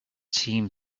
seemed